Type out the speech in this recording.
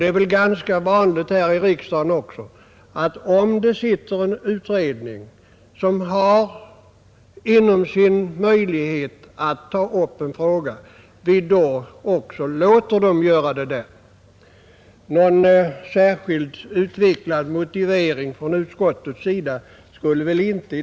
Det är också ganska vanligt här i riksdagen att när en pågående utredning redan har möjlighet att ta upp en viss fråga, så anses inte någon särskild motivering från utskottet nödvändig.